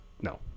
No